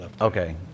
Okay